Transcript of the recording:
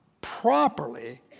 properly